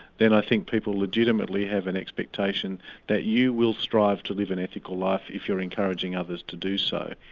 then i think people legitimately have an expectation that you will strive to live an ethical life if you're encouraging others to do so.